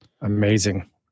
amazing